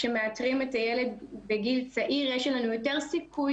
כשמאתרים את הילד בגיל צעיר יש יותר סיכוי